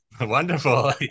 Wonderful